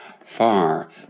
far